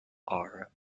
are